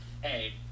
Hey